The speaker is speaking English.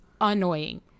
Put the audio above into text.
annoying